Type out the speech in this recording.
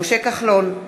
משה כחלון,